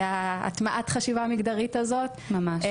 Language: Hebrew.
הטמעת חשיבה מגדרית הזאת --- ממש.